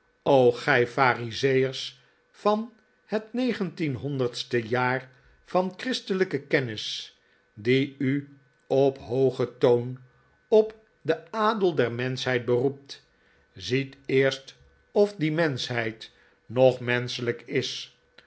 o gij farizeeers van het negentienhonderdste jaar van christelijke kennis die u op hoogen toon op den adel der menschheid beroept ziet eerst of die menschheid nog menschelijk is